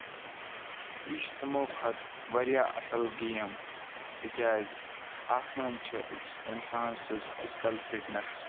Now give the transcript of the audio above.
یہِ چھُ تِمو کھۄتہٕ واریاہ اَصٕل گیم تِکیازِ اَتھ منٛز چھُ أکِس اِنسان سٕنز فِزکل فِٹنیس